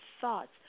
thoughts